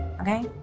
okay